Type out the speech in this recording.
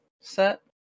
set